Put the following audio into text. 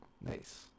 Nice